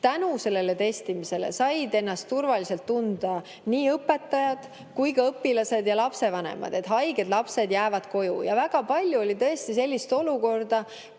Tänu sellele testimisele said ennast turvaliselt tunda nii õpetajad kui ka õpilased ja lapsevanemad, sest haiged lapsed jäid koju. Väga palju oli tõesti sellist olukorda,